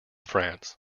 france